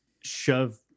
shove